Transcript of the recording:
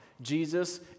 Jesus